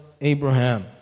Abraham